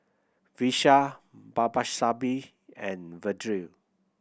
Vishal Babasaheb and Vedre